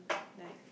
life